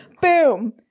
boom